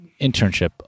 internship